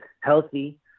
healthy